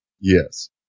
Yes